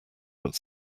but